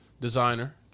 designer